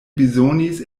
bezonis